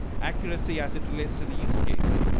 accuracy as it relates to the uses case.